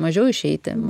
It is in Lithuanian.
mažiau išeiti